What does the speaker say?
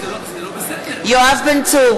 נגד יואב בן צור